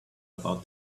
about